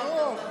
היושב-ראש,